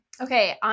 Okay